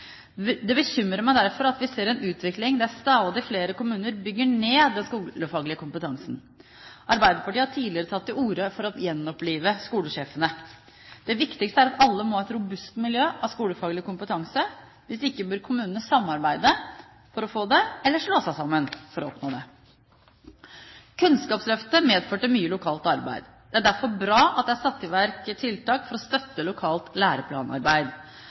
Det bekymrer meg derfor at vi ser en utvikling der stadig flere kommuner bygger ned den skolefaglige kompetansen. Arbeiderpartiet har tidligere tatt til orde for å «gjenopplive» skolesjefene. Det viktigste er at alle må ha et robust miljø innen skolefaglig kompetanse. Hvis ikke bør kommunene samarbeide for å få det – eller slå seg sammen for å oppnå det. Kunnskapsløftet medførte mye lokalt arbeid. Det er derfor bra at det er satt i verk tiltak for å støtte lokalt læreplanarbeid.